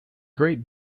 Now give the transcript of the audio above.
great